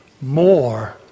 more